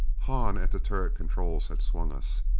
hahn at the turret controls had swung us.